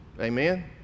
Amen